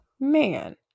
man